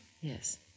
Yes